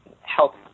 help